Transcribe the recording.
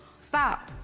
Stop